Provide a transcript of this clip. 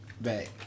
back